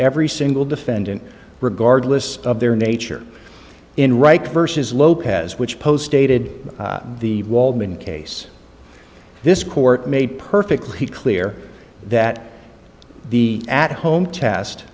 every single defendant regardless of their nature in right versus lopez which post dated the wallman case this court made perfectly clear that the at home test